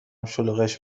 شلوغش